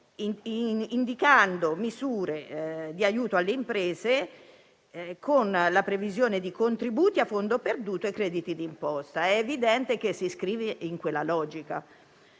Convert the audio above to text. indicando misure di aiuto alle imprese con la previsione di contributi a fondo perduto e crediti di imposta. È evidente che il provvedimento si iscrive in quella logica.